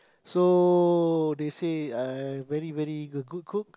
so they say I very very a good cook